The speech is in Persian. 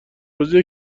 روزیه